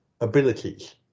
abilities